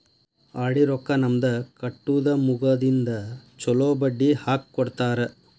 RD ರೊಕ್ಕಾ ನಮ್ದ ಕಟ್ಟುದ ಮುಗದಿಂದ ಚೊಲೋ ಬಡ್ಡಿ ಹಾಕ್ಕೊಡ್ತಾರ